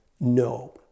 no